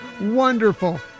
wonderful